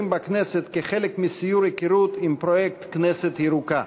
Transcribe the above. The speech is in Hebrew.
בכנסת כחלק מסיור היכרות עם פרויקט "כנסת ירוקה".